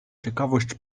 ciekawość